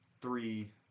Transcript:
three